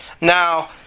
Now